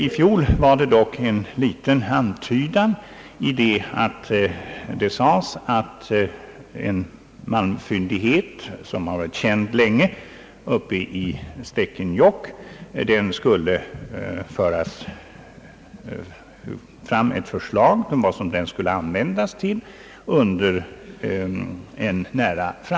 I fjol fanns det dock en liten antydan i det att det sades att beträffande en malmfyndighet, som har varit känd länge, den i Stekenjokk, skulle inom en nära framtid förslag framläggas om vad den skulle användas till.